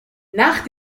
nach